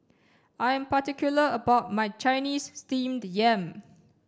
I am particular about my Chinese steamed yam